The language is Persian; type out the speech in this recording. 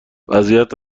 وضعیت